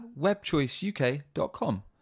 webchoiceuk.com